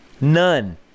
None